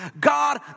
God